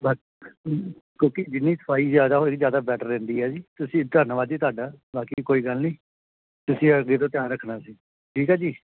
ਕਿਉਂਕਿ ਜਿੰਨੀ ਸਫਾਈ ਜ਼ਿਆਦਾ ਹੋਏ ਜ਼ਿਆਦਾ ਬੈਟਰ ਰਹਿੰਦੀ ਆ ਜੀ ਤੁਸੀਂ ਧੰਨਵਾਦ ਜੀ ਤੁਹਾਡਾ ਬਾਕੀ ਕੋਈ ਗੱਲ ਨਹੀਂ ਤੁਸੀਂ ਅੱਗੇ ਤੋਂ ਧਿਆਨ ਰੱਖਣਾ ਜੀ ਠੀਕ ਆ ਜੀ